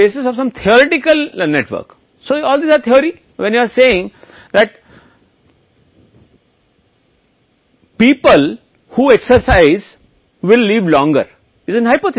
कुछ सैद्धांतिक नेटवर्क के आधार पर बनाया गया है इसलिए ये सभी सिद्धांत आप कह रहे हैं कि व्यायाम करने वाले लोग अधिक समय तक जीवित रहेंगे यह एक परिकल्पना है